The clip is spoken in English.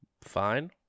Fine